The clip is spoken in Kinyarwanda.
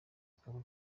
akaba